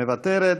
מוותרת,